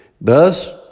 Thus